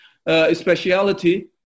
speciality